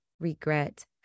regret